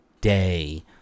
day